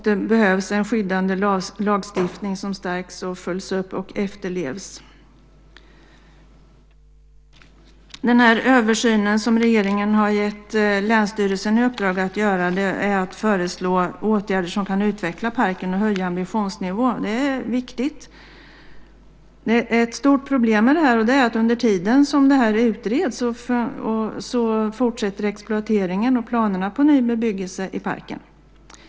Det behövs en skyddande lagstiftning som stärks, följs upp och efterlevs. I den översyn som regeringen har gett länsstyrelsen i uppdrag att göra föreslås åtgärder som kan utveckla parken och höja ambitionsnivån. Det är viktigt. Det finns ett stort problem med detta, nämligen att under tiden som det hela utreds fortsätter exploateringen och planerna på ny bebyggelse i parken.